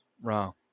wrong